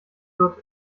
wird